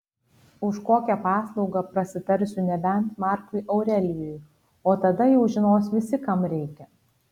už kokią paslaugą prasitarsiu nebent markui aurelijui o tada jau žinos visi kam reikia